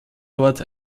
dort